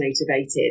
motivated